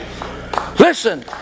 Listen